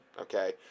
okay